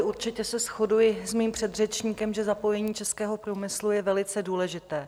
Určitě se shoduji s mým předřečníkem, že zapojení českého průmyslu je velice důležité.